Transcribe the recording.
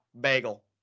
Bagel